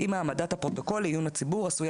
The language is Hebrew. אם העמדת הפרוטוקול לעיון הציבור עשויה